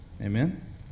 Amen